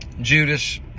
Judas